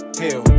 hill